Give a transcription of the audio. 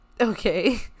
Okay